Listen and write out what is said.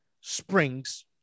springs